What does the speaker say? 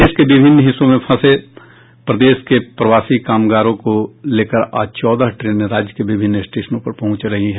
देश के विभिन्न हिस्सों में फंसे प्रदेश के प्रवासी कामगारों को लेकर आज चौदह ट्रेनें राज्य के विभिन्न स्टेशनों पर पहुंच रही हैं